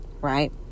right